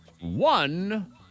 One